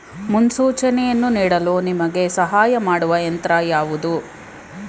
ಮುನ್ಸೂಚನೆಯನ್ನು ನೀಡಲು ನಿಮಗೆ ಸಹಾಯ ಮಾಡುವ ಯಂತ್ರ ಯಾವುದು?